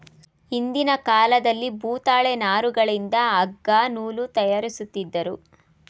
ಹಿಂದಿನ ಕಾಲದಲ್ಲಿ ಭೂತಾಳೆ ನಾರುಗಳಿಂದ ಅಗ್ಗ ನೂಲು ತಯಾರಿಸುತ್ತಿದ್ದರು